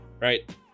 Right